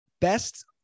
best –